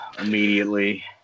immediately